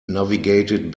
navigated